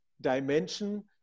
dimension